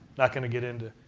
not going to get into it.